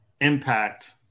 impact